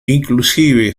inclusive